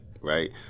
right